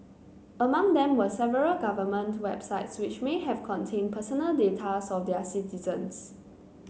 among them were several government websites which may have contained personal data of their citizens